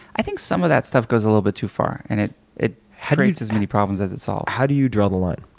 i think some of that stuff goes a little bit too far and it it creates as many problems as it solves. how do you draw the line?